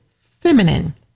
feminine